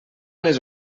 les